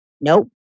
Nope